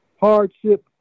hardship